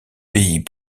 pays